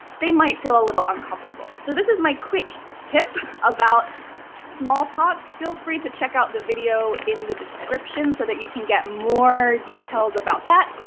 they might feel a little uncomfortable. so this is my quick tip about small talk. feel free to check out the video in the description so that you can get more details about that.